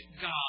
God